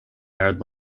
yard